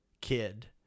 kid